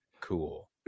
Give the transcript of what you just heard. cool